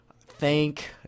thank